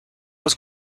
was